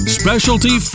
specialty